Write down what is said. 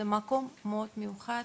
בנימינה זה מקום מאוד מיוחד